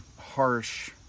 harsh